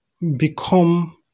become